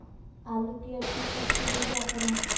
आलू की अच्छी उपज के लिए क्या करें?